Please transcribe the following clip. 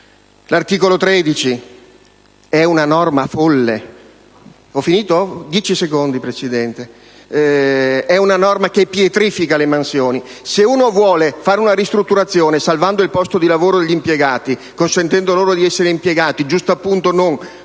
norma folle, una norma che pietrifica le mansioni. Se una persona vuole fare una ristrutturazione salvando il posto di lavoro degli impiegati e consentendo loro di essere impiegati, giustappunto come